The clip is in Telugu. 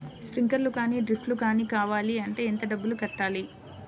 స్ప్రింక్లర్ కానీ డ్రిప్లు కాని కావాలి అంటే ఎంత డబ్బులు కట్టాలి?